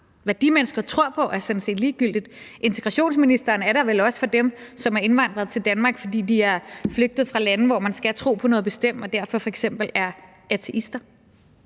Hvad de mennesker tror på, er sådan set ligegyldigt. Integrationsministeren er der vel også for dem, som er indvandret til Danmark, fordi de er flygtet fra lande, hvor man skal tro på noget bestemt, og derfor f.eks. er ateister.